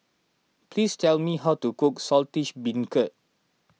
please tell me how to cook Saltish Beancurd